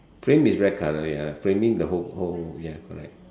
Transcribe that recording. frame is red color ya framing the whole whole ya correct